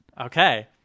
Okay